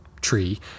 tree